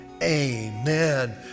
amen